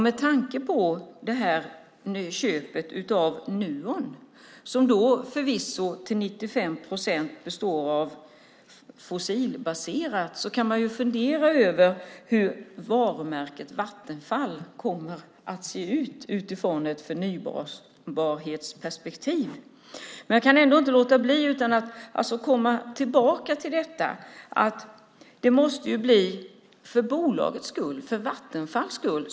Med tanke på köpet av Nuon, som förvisso till 95 procent är fossilbaserat, kan man fundera över hur varumärket Vattenfall kommer att se ut utifrån ett förnybarhetsperspektiv. Jag kan ändå inte låta bli att komma tillbaka till att det måste vara för bolagets skull, för Vattenfalls skull.